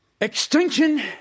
Extinction